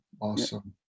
Awesome